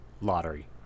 lottery